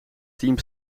team